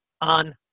on